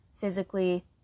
physically